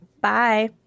Bye